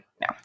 No